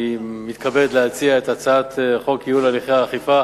אני מתכבד להציע את הצעת חוק ייעול הליכי האכיפה